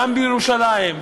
גם בירושלים,